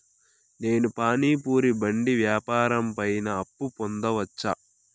నేను పానీ పూరి బండి వ్యాపారం పైన అప్పు పొందవచ్చా?